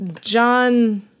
John